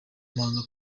mpanga